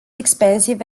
expensive